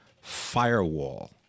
firewall